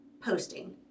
posting